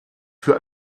für